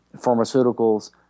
Pharmaceuticals